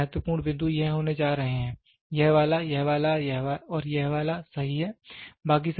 सबसे महत्वपूर्ण बिंदु यह होने जा रहे हैं यह वाला यह वाला और यह वाला सही है